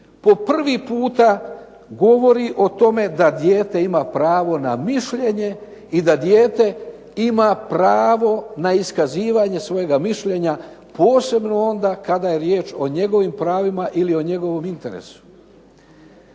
po prvi puta govori o tome da dijete ima pravo na mišljenje i da dijete ima pravo na iskazivanje svojega mišljenja posebno onda kada je riječ o njegovim pravima ili o njegovom interesu.